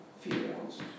females